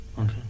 Okay